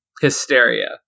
Hysteria